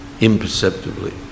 Imperceptibly